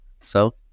So-